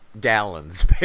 Gallons